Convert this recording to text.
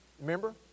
remember